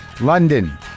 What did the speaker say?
London